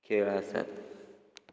खेळ आसात